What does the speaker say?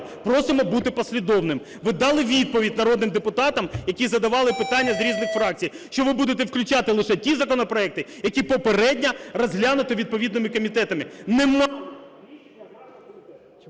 просимо бути послідовним. Ви дали відповідь народним депутатам, які задавали питання з різних фракцій, що ви будете включати лише ті законопроекти, які попередньо розглянуті відповідними комітетами.